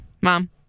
mom